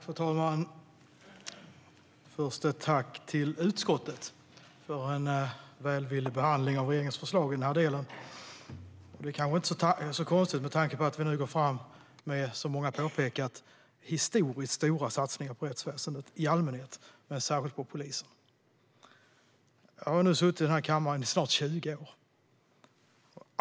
Fru talman! Först ett tack till utskottet för en välvillig behandling av regeringens förslag i den här delen. Det är kanske inte så konstigt med tanke på att vi nu går fram med, som många har pekat på, historiskt stora satsningar på rättsväsendet i allmänhet och särskilt på polisen. Jag har nu suttit i riksdagen i snart 20 år.